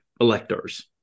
electors